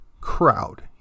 crowd